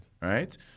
Right